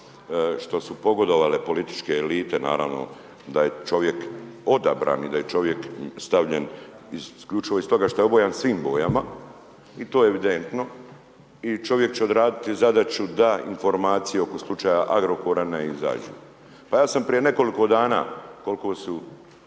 što su pogodovale političke elite, naravno da je čovjek odabran i da je čovjek stavljen isključivo iz toga što je obojen svim bojama i to je evidentno i čovjek će odraditi zadaću da informacije oko slučaja Agrokora ne izađu. Pa ja sam prije nekoliko dana koliko su